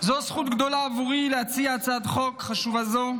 זו זכות גדולה עבורי להציע הצעת חוק חשובה זו,